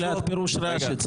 אם